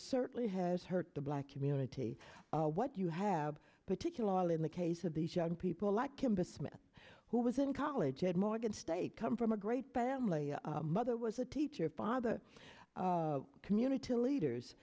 certainly has hurt the black community what you have particularly in the case of these young people like him but who was in college at morgan state come from a great family a mother was a teacher a father community leaders